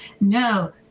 No